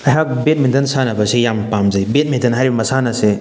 ꯑꯩꯍꯥꯛ ꯕꯦꯠꯃꯤꯇꯟ ꯁꯥꯟꯅꯕꯁꯤ ꯌꯥꯝ ꯄꯥꯝꯖꯩ ꯕꯦꯠꯃꯤꯇꯟ ꯍꯥꯏꯔꯤꯕ ꯃꯁꯥꯟꯅ ꯑꯁꯦ